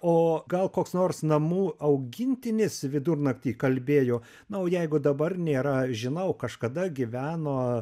o gal koks nors namų augintinis vidurnaktį kalbėjo na o jeigu dabar nėra žinau kažkada gyveno